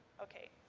okay.